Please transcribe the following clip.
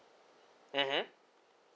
mmhmm